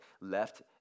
left